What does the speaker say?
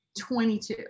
22